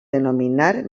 denominar